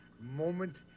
moment